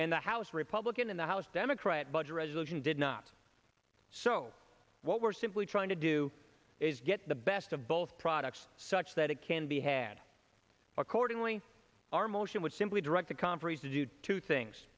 and the house republican in the house democrat budget resolution did not so what we're simply trying to do is get the best of both products such that it can be had accordingly our motion would simply direct the conferees to do two things